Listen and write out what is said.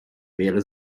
wäre